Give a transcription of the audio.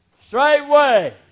straightway